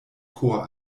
chor